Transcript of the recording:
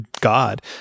god